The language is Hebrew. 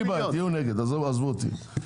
אין לי בעיה, תהיו נגד, עזבו אותי.